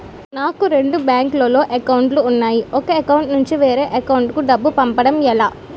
నాకు రెండు బ్యాంక్ లో లో అకౌంట్ లు ఉన్నాయి ఒక అకౌంట్ నుంచి వేరే అకౌంట్ కు డబ్బు పంపడం ఎలా?